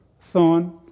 thorn